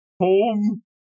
home